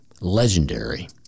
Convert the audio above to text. legendary